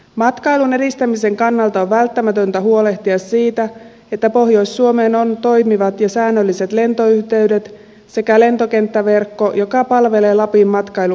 matkailun edistämisen kannalta on välttämätöntä huolehtia siitä että pohjois suomeen on toimivat ja säännölliset lentoyhteydet sekä lentokenttäverkko joka palvelee lapin matkailukeskittymiä